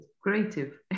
creative